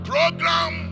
program